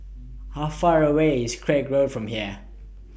How Far away IS Craig Road from here